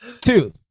Two